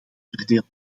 verdeelt